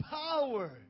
power